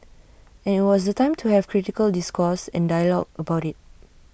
and IT was the time to have critical discourse and dialogue about IT